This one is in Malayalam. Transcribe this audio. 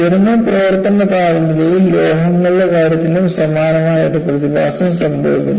ഉയർന്ന പ്രവർത്തന താപനിലയിൽ ലോഹങ്ങളുടെ കാര്യത്തിലും സമാനമായ ഒരു പ്രതിഭാസം സംഭവിക്കുന്നു